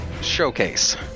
Showcase